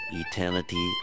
eternity